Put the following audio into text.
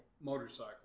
motorcycle